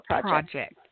Project